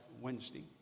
Wednesday